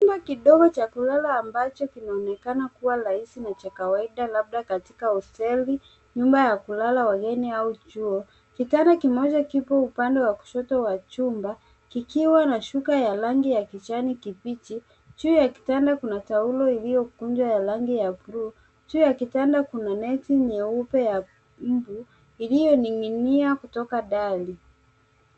Chumba kidogo cha kulala ambacho kinaonekana kuwa rahisi na cha kawaida labda katika hosteli, nyumba ya kulala wageni au chuo. Kitanda kimoja kipo upande wa kushoto wa chumba, kikiwa na shuka ya rangi ya kijani kibichi. Juu ya kitanda kuna taulo iliyo kunjwa ya rangi ya buluu. Juu ya kitanda kuna neti nyeupe ya mbu iliyoning'inia kutoka dari.